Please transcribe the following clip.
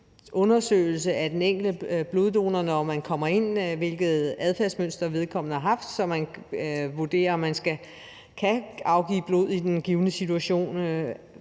undersøgelse af den enkelte bloddonor, der kommer ind, af, hvilket adfærdsmønster vedkommende har haft, så man kan vurdere, om vedkommende kan afgive blod i den givne situation,